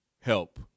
Help